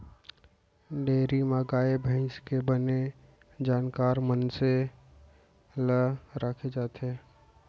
dairy म गाय भईंस के बने जानकार मनसे ल राखे जाथे